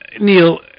Neil